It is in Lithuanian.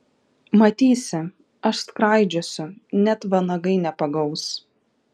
matysi aš skraidžiosiu net vanagai nepagaus